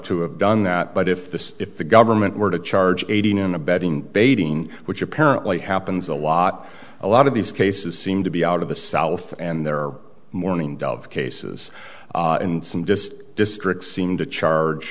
to have done that but if this if the government were to charge aiding and abetting baiting which apparently happens a lot a lot of these cases seem to be out of the south and they're mourning dove cases and some just districts seem to charge